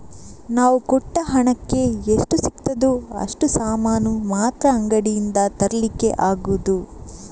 ನಾವು ಕೊಟ್ಟ ಹಣಕ್ಕೆ ಎಷ್ಟು ಸಿಗ್ತದೋ ಅಷ್ಟು ಸಾಮಾನು ಮಾತ್ರ ಅಂಗಡಿಯಿಂದ ತರ್ಲಿಕ್ಕೆ ಆಗುದು